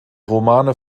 romane